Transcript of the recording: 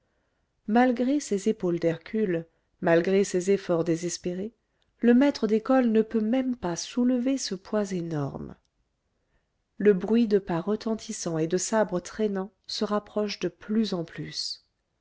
malgré ses épaules d'hercule malgré ses efforts désespérés le maître d'école ne peut même pas soulever ce poids énorme le bruit de pas retentissants et de sabres traînants se rapproche de plus en plus